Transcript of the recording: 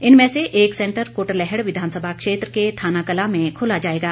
इनमें से एक सेंटर कुटलैहड़ विधानसभा क्षेत्र के थानाकलां में खोला जाएगा